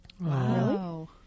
Wow